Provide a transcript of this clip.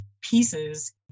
pieces